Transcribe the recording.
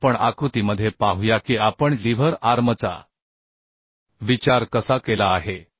आता आपण आकृतीमध्ये पाहूया की आपण लीव्हर आर्मचा विचार कसा केला आहे